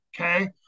Okay